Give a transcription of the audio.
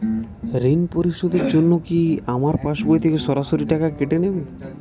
ঋণ পরিশোধের জন্য কি আমার পাশবই থেকে সরাসরি টাকা কেটে নেবে?